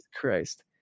Christ